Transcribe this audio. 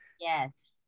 Yes